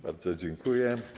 Bardzo dziękuję.